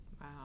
Wow